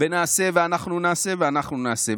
ונעשה ואנחנו נעשה ואנחנו נעשה.